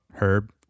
Herb